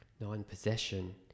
non-possession